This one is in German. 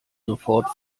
sofort